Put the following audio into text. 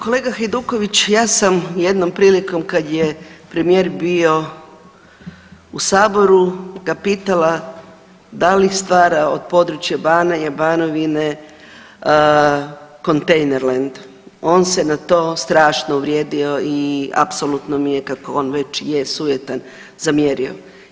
Kolega Hajduković, ja sam jednom prilikom kad je premijer bio u saboru ga pitala da li stvara od područja Banije, Banovine kontejnerland, on se na to strašno uvrijedio i apsolutno mi je kako on već je sujetan zamjerio.